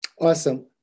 Awesome